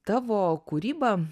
tavo kūrybą